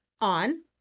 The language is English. on